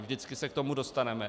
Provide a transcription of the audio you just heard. Vždycky se k tomu dostaneme.